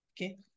Okay